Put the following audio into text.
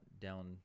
down